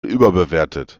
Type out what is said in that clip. überbewertet